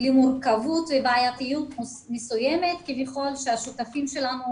למורכבות ובעייתיות מסוימת שהשותפים שלנו